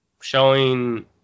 showing